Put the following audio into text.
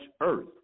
earth